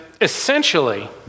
essentially